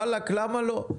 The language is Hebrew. למה לא.